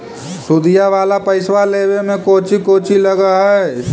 सुदिया वाला पैसबा लेबे में कोची कोची लगहय?